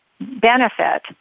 benefit